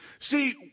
See